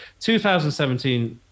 2017